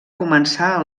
començar